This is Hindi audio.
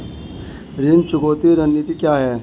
ऋण चुकौती रणनीति क्या है?